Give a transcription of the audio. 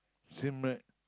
same right